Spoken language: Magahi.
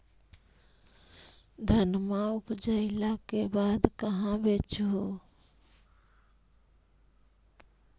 धनमा उपजाईला के बाद कहाँ बेच हू?